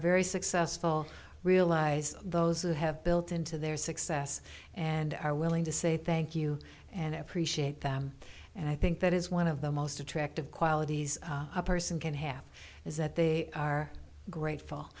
very successful realize those who have built into their success and are willing to say thank you appreciate them and i think that is one of the most attractive qualities a person can have is that they are grateful